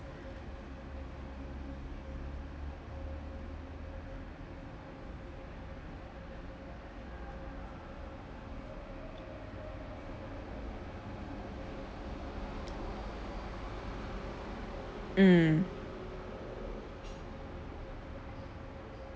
mm